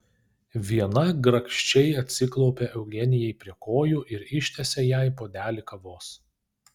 viena grakščiai atsiklaupė eugenijai prie kojų ir ištiesė jai puodelį kavos